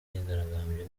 imyigaragambyo